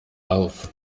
auf